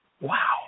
wow